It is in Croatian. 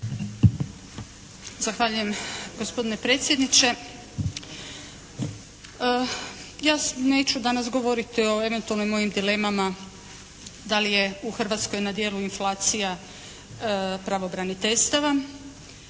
Zahvaljujem gospodine predsjedniče. Ja neću danas govoriti o eventualnim mojim dilemama da li je u Hrvatskoj na djelu inflacija pravobraniteljstava?